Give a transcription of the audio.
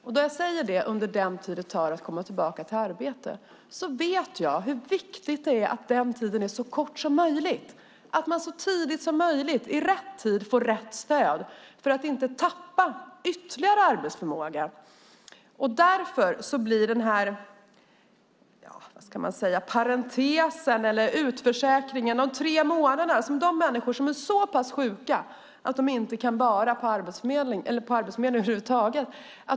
När jag talar om den tid det tar att komma tillbaka till arbete vet jag hur viktigt det är att den tiden är så kort som möjligt, att man så tidigt som möjligt, i rätt tid, får rätt stöd för att inte tappa ytterligare arbetsförmåga. Därför blir denna parentes eller utförsäkring, dessa tre månader, en paradox för de människor som är så pass sjuka att de inte kan vara på Arbetsförmedlingen över huvud taget.